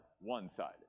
one-sided